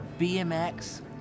BMX